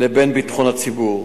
לבין ביטחון הציבור.